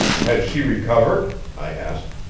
has she recovered? i asked.